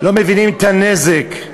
לא מבינים את הנזק.